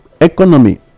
economy